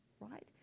Right